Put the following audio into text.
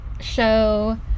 show